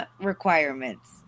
requirements